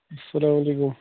اسلام وعلیکُم